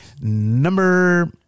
Number